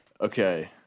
Okay